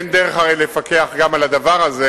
והרי אין דרך לפקח גם על הדבר הזה.